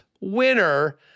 winner